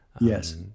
yes